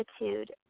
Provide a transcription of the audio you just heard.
attitude